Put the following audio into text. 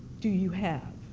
do you have?